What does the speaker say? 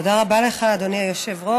תודה רבה לך, אדוני היושב-ראש.